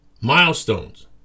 milestones